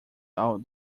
all